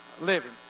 living